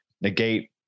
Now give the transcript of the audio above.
negate